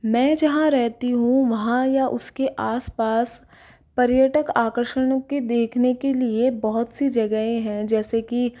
मैं जहाँ रहती हूँ वहाँ या उसके आसपास पर्यटक आकर्षणों के देखने के लिए बहुत सी जगहे हैं जैसे की